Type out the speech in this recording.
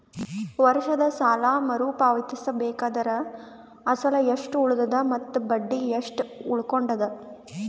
ವರ್ಷದ ಸಾಲಾ ಮರು ಪಾವತಿಸಬೇಕಾದರ ಅಸಲ ಎಷ್ಟ ಉಳದದ ಮತ್ತ ಬಡ್ಡಿ ಎಷ್ಟ ಉಳಕೊಂಡದ?